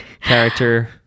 character